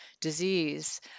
disease